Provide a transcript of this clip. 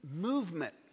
movement